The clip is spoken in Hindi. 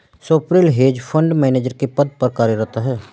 स्वप्निल हेज फंड मैनेजर के पद पर कार्यरत है